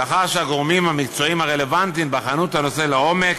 לאחר שהגורמים המקצועיים הרלוונטיים בחנו את הנושא לעומק,